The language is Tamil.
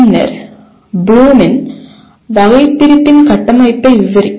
பின்னர் ப்ளூமின் வகைபிரிப்பின் கட்டமைப்பை விவரிக்கும்